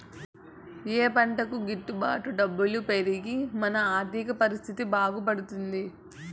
ఏ పంటకు గిట్టు బాటు డబ్బులు పెరిగి మన ఆర్థిక పరిస్థితి బాగుపడుతుంది?